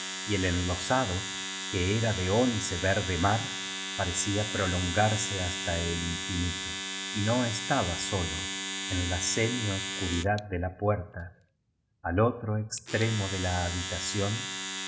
y el enlosado que era de ónice verde mar parecía prolongarse hasta el infinito y no estaba solo en la semioscuridad de la puerta al otro extremo de la habitación